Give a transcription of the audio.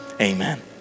amen